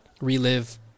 relive